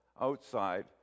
outside